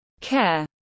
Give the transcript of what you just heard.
care